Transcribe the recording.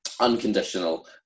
Unconditional